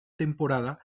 temporada